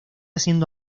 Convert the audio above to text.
siendo